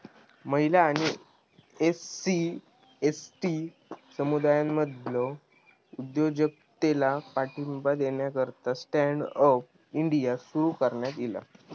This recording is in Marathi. महिला आणि एस.सी, एस.टी समुदायांमधलो उद्योजकतेला पाठिंबा देण्याकरता स्टँड अप इंडिया सुरू करण्यात ईला